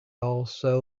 also